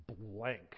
blank